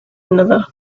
another